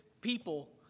people